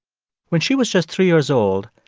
when she was just three years old,